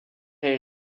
est